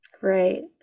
Right